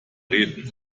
reden